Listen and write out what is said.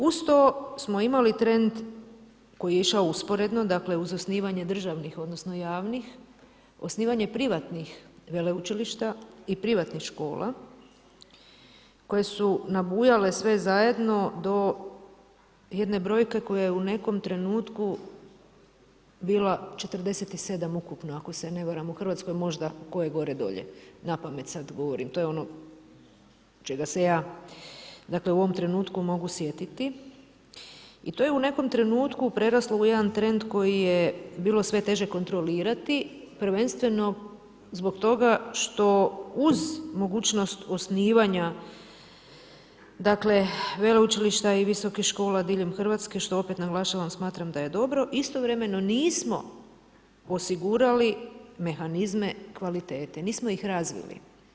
Uz to smo imali trend koji je išao usporedno, dakle uz osnivanje državnih, odnosno javnih, osnivanje privatnih veleučilišta i privatnih škola koje su nabujale sve zajedno do jedne brojke koja je u nekom trenutku bila 47 ukupno ako se ne varam u Hrvatskoj, možda gore dolje, napamet sad govorim, to je ono čega se ja u ovom trenutku mogu sjetiti i to je u nekom trenutku preraslo u jedan trend koji je bilo sve teže kontrolirati, prvenstveno zbog toga što uz mogućnost osnivanja veleučilišta, visokih škola diljem Hrvatske, što opet naglašavam smatram da je dobro, istovremeno nismo osigurali mehanizme kvalitete, nismo ih razvili.